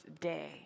day